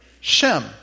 Shem